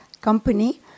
Company